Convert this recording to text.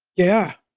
yeah,